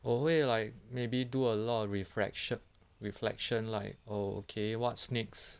我会 like maybe do a lot of reflection reflection like oh okay what's next